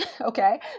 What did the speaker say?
Okay